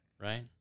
Right